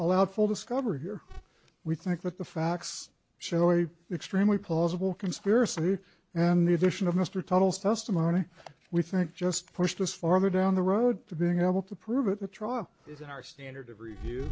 allowed full discover here we think that the facts show a extremely plausible conspiracy and the addition of mr tuttle's testimony we think just pushed us farther down the road to being able to prove it the trial is our standard of review